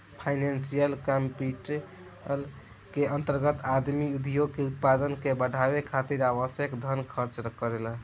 financial capital के अंतर्गत आदमी उद्योग के उत्पादन के बढ़ावे खातिर आवश्यक धन खर्च करेला